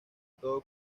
todo